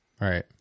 Right